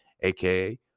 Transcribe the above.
AKA